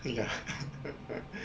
ya